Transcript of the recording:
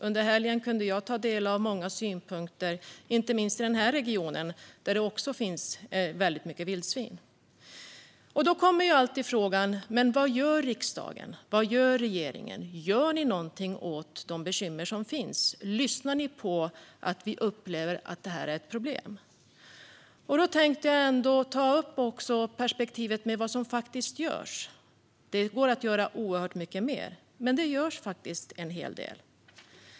Under helgen kunde jag ta del av många synpunkter, inte minst i denna region där det också finns många vildsvin. Då kommer alltid frågan: Vad gör riksdagen, och vad gör regeringen? Gör ni någonting åt de bekymmer som finns? Lyssnar ni på att vi upplever att detta är ett problem? Jag tänkte därför ta upp perspektivet med vad som faktiskt görs. Det går att göra oerhört mycket mer, men det görs faktiskt en hel del.